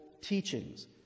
teachings